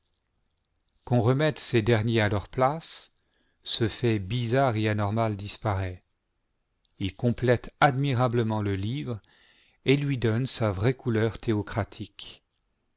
qu'on remette ces derniers à leur place ce fait bizarre et anormal disparaît ils complètent admirablement le livre et lui donnent sa vraie couleur